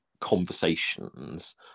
conversations